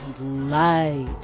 light